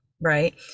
right